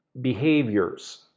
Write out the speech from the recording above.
behaviors